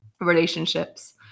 relationships